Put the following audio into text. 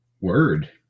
word